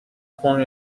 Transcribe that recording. swung